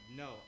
no